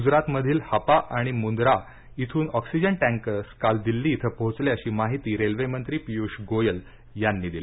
गुजरातमधील हपा आणि मुंद्रा इथून ऑक्सिजन टँकर्स काल दिल्ली इथं पोहोचले अशी माहिती रेल्वे मंत्री पियुष गोयल यांनी दिली